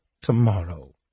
tomorrow